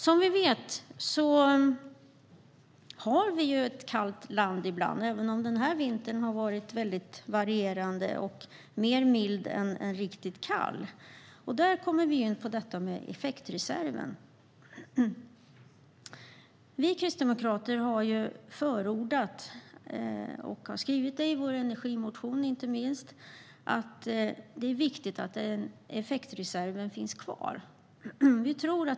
Som vi vet är det ibland kallt i det här landet, även om det den här vintern har varit väldigt varierande och mer mild än riktigt kall. Då kommer jag in på detta med effektreserven. Vi kristdemokrater har förordat, och inte minst skrivit i vår energimotion, att det är viktigt att effektreserven finns kvar.